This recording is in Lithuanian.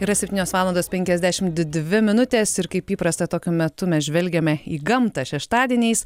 yra septynios valandos penkiasdešimt dvi minutės ir kaip įprasta tokiu metu mes žvelgiame į gamtą šeštadieniais